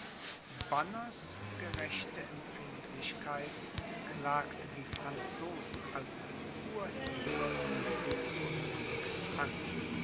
banners gerechte empfindlichkeit klagte die franzosen als die urheber dieses unglücks an